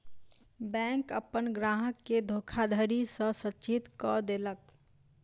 bank अपन ग्राहक के धोखाधड़ी सॅ सचेत कअ देलक